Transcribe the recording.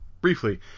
briefly